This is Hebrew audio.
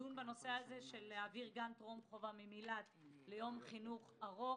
לדון בנושא הזה של להעביר גן טרום חובה מ- -- ליום חינוך ארוך.